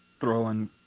throwing